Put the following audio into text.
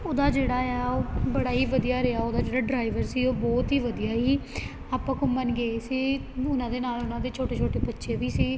ਉਹਦਾ ਜਿਹੜਾ ਆ ਉਹ ਬੜਾ ਹੀ ਵਧੀਆ ਰਿਹਾ ਉਹਦਾ ਜਿਹੜਾ ਡਰਾਈਵਰ ਸੀ ਉਹ ਬਹੁਤ ਹੀ ਵਧੀਆ ਸੀ ਆਪਾਂ ਘੁੰਮਣ ਗਏ ਸੀ ਉਹਨਾਂ ਦੇ ਨਾਲ ਉਹਨਾਂ ਦੇ ਛੋਟੇ ਛੋਟੇ ਬੱਚੇ ਵੀ ਸੀ